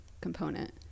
component